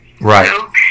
right